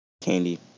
Candy